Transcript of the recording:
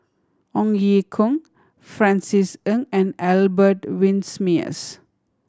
Ong Ye Kung Francis Ng and Albert Winsemius